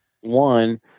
one